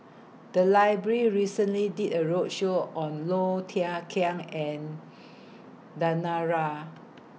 The Library recently did A roadshow on Low Thia Khiang and Danaraj